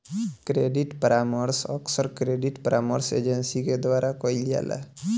credit परामर्श अक्सर credit परामर्श एजेंसी के द्वारा कईल जाला